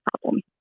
problem